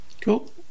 Cool